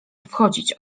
wchodzić